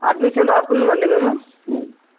admission రాసుకుందుమా అండి మేము